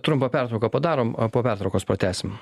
trumpą pertrauką padarom po pertraukos pratęsim